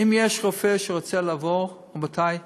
אם יש רופא שרוצה לעבור, רבותי,